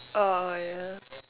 orh ya